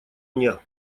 мне